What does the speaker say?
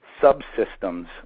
subsystems